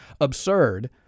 absurd